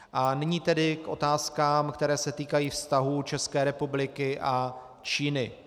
A nyní tedy k otázkám, které se týkají vztahů České republiky a Číny.